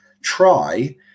try